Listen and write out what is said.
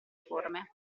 forme